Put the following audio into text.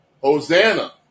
Hosanna